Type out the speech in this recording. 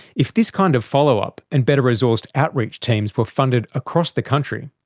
if this kind of follow-up and better resourced outreach teams were funded across the country,